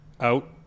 out